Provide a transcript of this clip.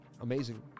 amazing